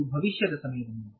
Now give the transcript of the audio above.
ಅದು ಭವಿಷ್ಯದ ಸಮಯದ ಮೇಲೆ